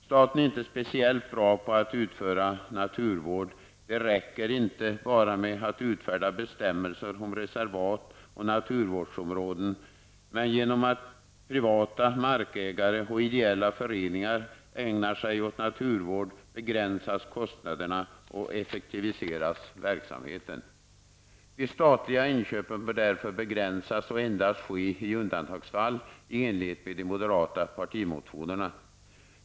Staten är inte speciellt bra på att utöva naturvård. Det räcker inte bara med att utfärda bestämmelser om reservat och naturvårdsområden. Genom att privata markägare och ideella föreningar ägnar sig åt naturvård begränsas kostnaderna och verksamheten effektiviseras. De statliga inköpen bör därför begränsas och endast få ske i undantagsfall i enlighet med de moderata partimotionerna.